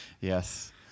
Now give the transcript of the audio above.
Yes